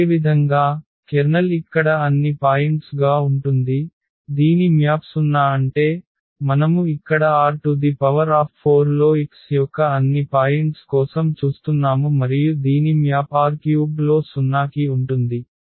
అదేవిధంగా కెర్నల్ ఇక్కడ అన్ని పాయింట్స్ గా ఉంటుంది దీని మ్యాప్ 0 అంటే మనము ఇక్కడ R⁴ లో x యొక్క అన్ని పాయింట్స్ కోసం చూస్తున్నాము మరియు దీని మ్యాప్ R³ లో 0 కి ఉంటుంది